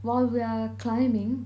while we're climbing